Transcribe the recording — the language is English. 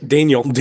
Daniel